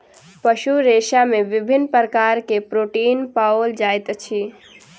पशु रेशा में विभिन्न प्रकार के प्रोटीन पाओल जाइत अछि